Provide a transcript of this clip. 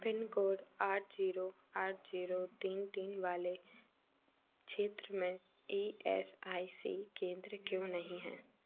pin code आठ zero आठ zero तीन तीन वाले छेत्र में ई एस आई सी केंद्र क्यों नहीं है